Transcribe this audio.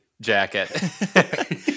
jacket